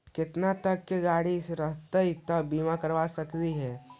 केतना तक के गाड़ी रहतै त बिमा करबा सकली हे?